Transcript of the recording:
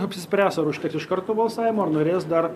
apsispręs ar užteks iš karto balsavimo ar norės dar